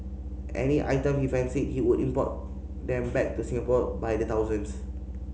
any items he fancied he would import them back to Singapore by the thousands